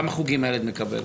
כמה חוגים הילד מקבל?